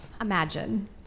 Imagine